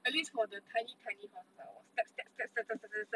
at least for the tiny tiny horses 我 step step step step step step step step